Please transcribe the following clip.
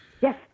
Yes